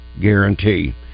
guarantee